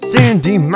Sandy